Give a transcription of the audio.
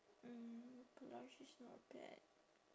mm blush is not bad